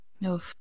No